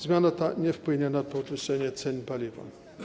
Zmiana ta nie wpłynie na podwyższenie cen paliwa.